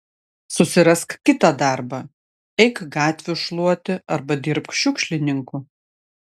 susirask kitą darbą eik gatvių šluoti arba dirbk šiukšlininku